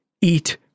Eat